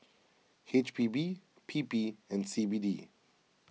H P B P P and C B D